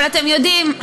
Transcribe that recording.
אבל אתם יודעים,